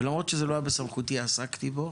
ולמרות שזה לא היה בסמכותי עסקתי בו